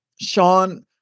sean